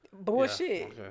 Bullshit